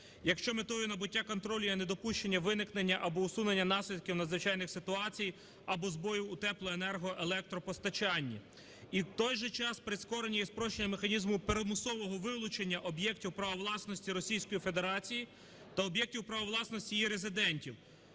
Якщо метою набуття контролю є недопущення виникнення або усунення наслідків надзвичайних ситуацій або збою у теплоенерго, електропостачанні. І в той же час прискорення і спрощення механізму примусового вилучення об'єктів права власності Російської Федерації та об'єктів права власності її резидентів